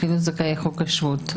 אפילו זכאי חוק השבות.